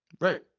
Right